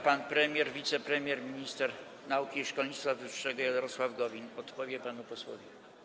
Pan premier, wicepremier, minister nauki i szkolnictwa wyższego Jarosław Gowin odpowie panu posłowi.